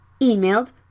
Emailed